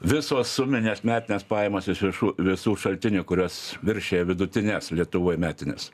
visos suminės metinės pajamos iš višų visų šaltinių kurios viršija vidutines lietuvoj metines